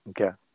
Okay